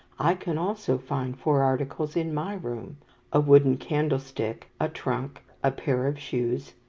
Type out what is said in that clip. i can also find four articles in my room a wooden candlestick, a trunk, a pair of shoes,